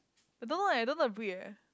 the dog one I don't abbrev~ eh